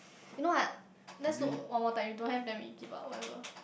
you know what let's look one more time if don't have then we give up whatever